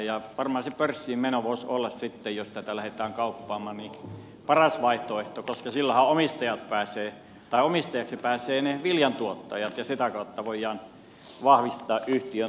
varmaan se pörssiinmeno voisi olla sitten jos tätä lähdetään kauppaamaan paras vaihtoehto koska silloinhan omistajaksi pääsevät ne viljantuottajat ja sitä kautta voidaan vahvistaa yhtiön tasetta